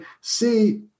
see